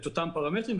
אותם פרמטרים,